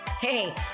Hey